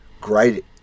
great